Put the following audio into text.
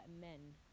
men